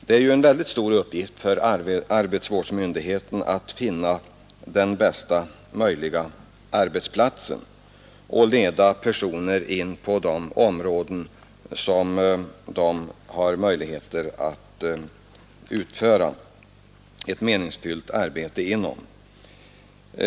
Det är en väldigt stor uppgift för arbetsvårdsmyndigheten att finna den bästa möjliga arbetsplatsen och leda in på områden där handikappade kan utföra ett meningsfyllt arbete.